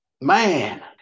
man